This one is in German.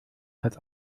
hat